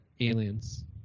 aliens